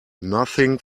nothing